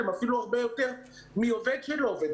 הם אפילו הרבה יותר מעובד שלא עובד.